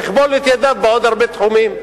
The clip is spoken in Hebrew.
תכבול את ידיו בעוד הרבה תחומים.